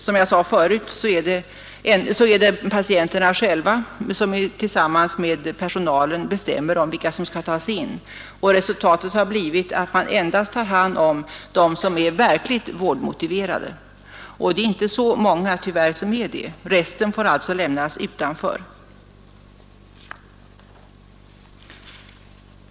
Som jag nämnde är det alltså patienterna själva som tillsammans med personalen bestämmer om vilka som skall tas in på den här avdelningen, och resultatet har blivit att man endast tar hand om dem som är verkligt vårdmotiverade. Tyvärr är det inte så många som är det. Resten får alltså lämnas utanför.